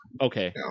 Okay